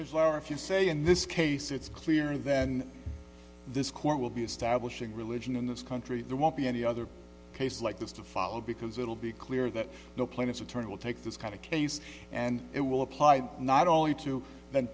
lower if you say in this case it's clear and then this court will be establishing religion in this country there won't be any other cases like this to follow because it will be clear that no plaintiff's attorney will take this kind of case and it will apply not only to then